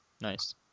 nice